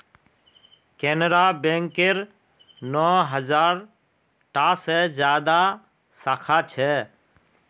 केनरा बैकेर नौ हज़ार टा से ज्यादा साखा छे